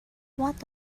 what